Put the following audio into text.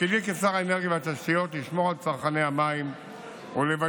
תפקידי כשר האנרגיה והתשתיות לשמור על צרכני המים ולוודא